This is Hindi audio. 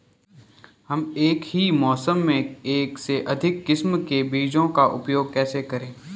हम एक ही मौसम में एक से अधिक किस्म के बीजों का उपयोग कैसे करेंगे?